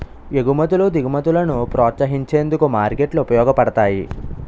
ఎగుమతులు దిగుమతులను ప్రోత్సహించేందుకు మార్కెట్లు ఉపయోగపడతాయి